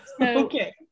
Okay